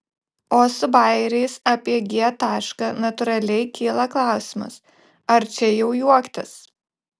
o su bajeriais apie g tašką natūraliai kyla klausimas ar čia jau juoktis